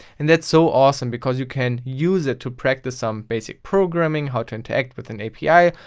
and that's so awesome because you can use it to practice some basic programming, how to interact with an api,